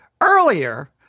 earlier